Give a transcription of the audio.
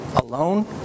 alone